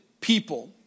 people